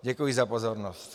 Děkuji za pozornost.